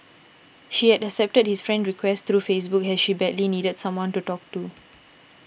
she had accepted his friend request through Facebook as she badly needed someone to talk to